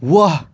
वाह